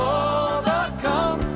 overcome